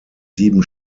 sieben